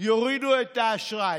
יורידו את האשראי.